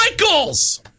Michaels